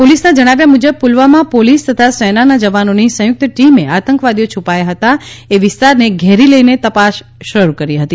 પોલીસના જણાવ્યા મુજબ પુલવામાં પોલીસ તથા સેનાના જવાનોની સંયુક્ત ટીમે આતંકવાદીઓ છુપાયા હતા એ વિસ્તારને ઘેરી લઇને તપાસ શરૂ કરી હતી